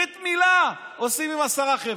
ברית מילה עושים עם עשרה חבר'ה.